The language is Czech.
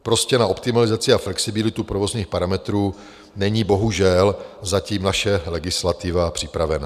Prostě na optimalizaci a flexibilitu provozních parametrů není bohužel zatím naše legislativa připravena.